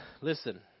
listen